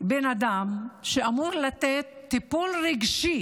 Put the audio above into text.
בן אדם שאמור לתת טיפול רגשי,